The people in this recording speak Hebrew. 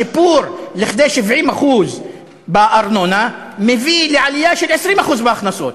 שיפור לכדי 70% בארנונה מביא לעלייה של 20% בהכנסות,